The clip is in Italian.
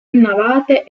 navate